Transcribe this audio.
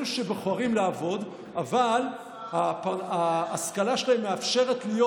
אלה שבוחרים לעבוד אבל ההשכלה שלהם מאפשרת להיות,